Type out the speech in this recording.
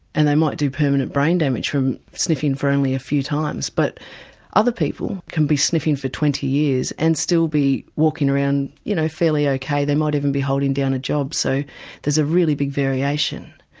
and they might do permanent brain damage from sniffing for only a few times. but other people can be sniffing for twenty years and still be walking around, you know, fairly okay, they might even be holding down a job, so there's a really big variation.